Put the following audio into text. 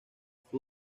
fue